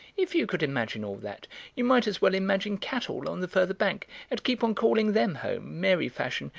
if you could imagine all that you might as well imagine cattle on the further bank and keep on calling them home, mary-fashion,